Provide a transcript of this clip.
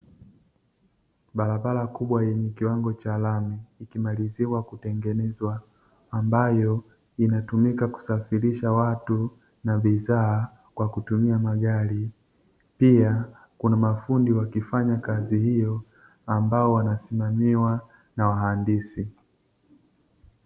Barabara kubwa yenye kiwango cha lami ikimaliziwa kutengenezwa ambayo inatumika kusafirisha watu na bidhaa kwa kutumia magari pia kuna mafundi wakifanya kazi hiyo ambao wanasimamiwa na wahandisi.